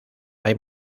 hay